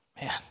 man